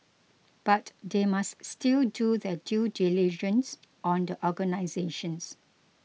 but they must still do their due diligence on the organisations